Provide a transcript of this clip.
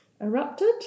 Erupted